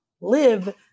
live